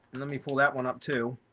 let me pull that one up too.